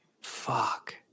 Fuck